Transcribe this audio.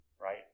right